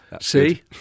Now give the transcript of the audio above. see